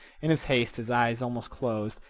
in his haste his eyes almost closed,